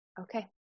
okay